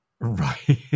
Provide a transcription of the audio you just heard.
Right